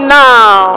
now